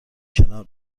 کنار